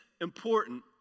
important